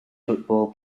football